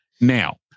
Now